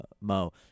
Mo